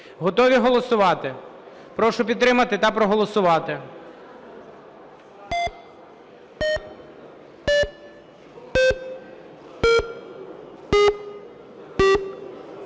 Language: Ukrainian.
Готові голосувати? Прошу підтримати та проголосувати.